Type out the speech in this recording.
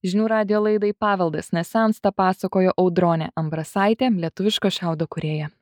žinių radijo laidai paveldas nesensta pasakojo audronė ambrasaitė lietuviško šiaudo kūrėja